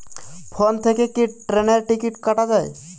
Phone থেকে কি ট্রেনের টিকিট কাটা য়ায়?